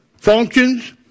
functions